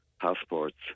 passports